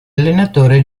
allenatore